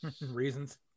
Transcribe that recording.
Reasons